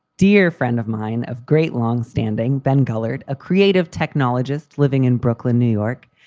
dear friend of mine of great long standing ben gullit, a creative technologist living in brooklyn, new york.